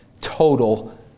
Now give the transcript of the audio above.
total